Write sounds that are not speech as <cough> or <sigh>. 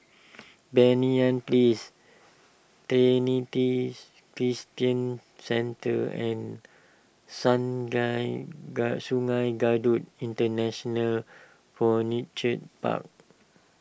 Banyan Place Trinity Christian Centre and Sungei <unintelligible> Kadut International Furniture Park